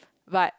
but